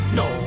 no